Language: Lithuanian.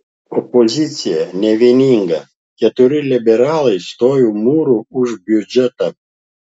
opozicija nevieninga keturi liberalai stojo mūru už biudžetą